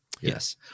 Yes